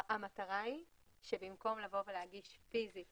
המטרה היא שבמקום לבוא ולהגיש פיזית